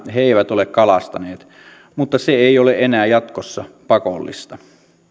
eivät ole kalastaneet mutta se ei ole enää jatkossa pakollista